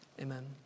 amen